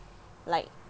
like